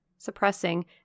suppressing